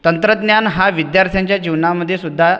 तंत्रज्ञान हा विद्यार्थ्यांच्या जीवनामध्ये सुद्धा